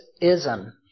ism